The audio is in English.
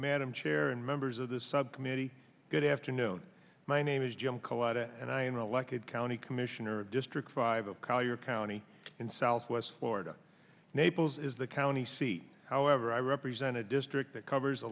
madam chair and members of this subcommittee good afternoon my name is jim cotter and i like it county commissioner district five of collier county in southwest florida naples is the county seat however i represent a district that covers